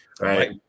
Right